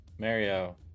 Mario